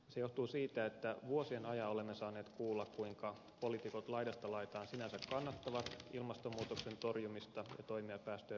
se johtuu siitä että vuosien ajan olemme saaneet kuulla kuinka poliitikot laidasta laitaan sinänsä kannattavat ilmastonmuutoksen torjumista ja toimia päästöjen vähentämiseksi